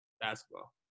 basketball